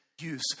use